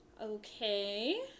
Okay